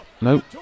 Nope